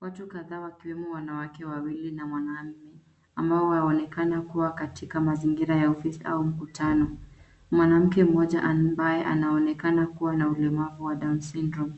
Watu kadhaa wakiwemo wanawake wawili na mwanamume, ambao wanaonekana kuwa katika mazingira ya ofisi au mkutano. Mwanamke mmoja ambaye anaonekana kuwa na ulemavu wa down syndrome